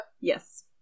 yes